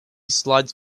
slides